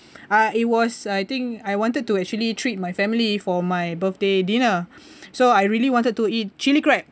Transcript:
ah it was I think I wanted to actually treat my family for my birthday dinner so I really wanted to eat chili crab